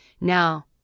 Now